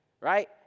Right